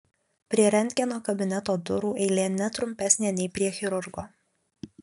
prie rentgeno kabineto durų eilė ne trumpesnė nei prie chirurgo